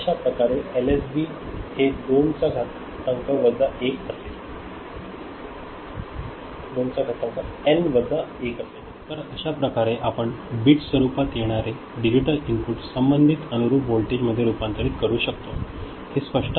अशाप्रकारे L S B हे दोनचा घातांक आपल्याला एन् वजा 1 असेल तर अशा प्रकारे आपण बीट स्वरूपात येणारे डिजिटल इनपुट संबंधित अनुरूप व्होल्टेजमध्ये रूपांतरित करू शकतो हे स्पष्ट आहे